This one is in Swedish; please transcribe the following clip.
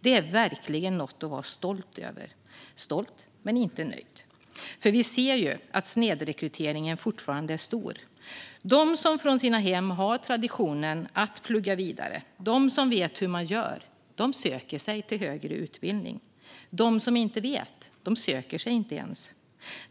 Det är verkligen något att vara stolt över - stolt men inte nöjd. Vi kan se att snedrekryteringen fortfarande är stor. De som från sina hem har traditionen att plugga vidare, de som vet hur man gör, söker sig till högre utbildning. De som inte vet söker inte ens.